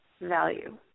value